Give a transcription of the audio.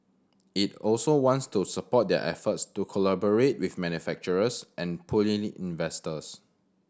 it also wants to support their efforts to collaborate with manufacturers and pulling in investors